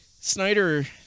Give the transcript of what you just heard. Snyder